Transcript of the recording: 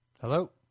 hello